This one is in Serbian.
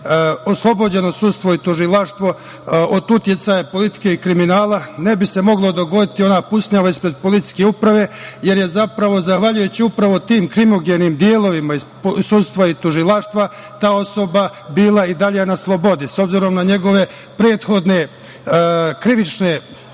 oslobođeno sudstvo i tužilaštvo od uticaja politike i kriminala ne bi se mogla dogoditi ona pucnjava ispred policijske uprave, jer je zahvaljujući upravo tim krimogenim delovima iz sudstva i tužilaštva ta osoba bila i dalje na slobodi. S obzirom na njegove prethodne krivične